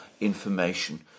information